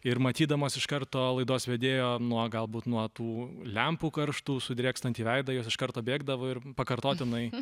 ir matydamos iš karto laidos vedėjo nuo galbūt nuo tų lempų karštų sudrėkstantį veidą jos iš karto bėgdavo ir pakartotinai